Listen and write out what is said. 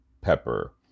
pepper